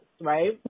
right